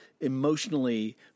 emotionally